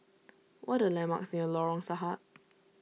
what are the landmarks near Lorong Sahad